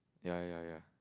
ya ya ya